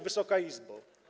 Wysoka Izbo!